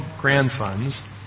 grandsons